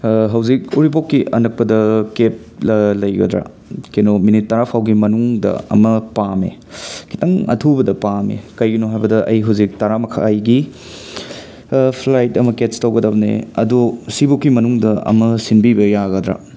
ꯍꯧꯖꯤꯛ ꯎꯔꯤꯄꯣꯛꯀꯤ ꯑꯅꯛꯄꯗ ꯀꯦꯕ ꯂꯥ ꯂꯩꯒꯗ꯭ꯔꯥ ꯀꯩꯅꯣ ꯃꯤꯅꯤꯠ ꯇꯔꯥ ꯐꯥꯎꯒꯤ ꯃꯅꯨꯡꯗ ꯑꯃ ꯄꯥꯝꯃꯦ ꯈꯤꯇꯪ ꯑꯊꯨꯕꯗ ꯄꯥꯝꯃꯦ ꯀꯩꯒꯤꯅꯣ ꯍꯥꯏꯕꯗ ꯑꯩ ꯍꯨꯖꯤꯛ ꯇꯔꯥ ꯃꯈꯥꯏꯒꯤ ꯐ꯭ꯂꯥꯏꯠ ꯑꯃ ꯀꯦꯠꯆ ꯇꯧꯒꯗꯕꯅꯦ ꯑꯗꯣ ꯁꯤꯕꯨꯛꯀꯤ ꯃꯅꯨꯡꯗ ꯑꯃ ꯁꯤꯟꯕꯤꯕ ꯌꯥꯒꯗ꯭꯭ꯔꯥ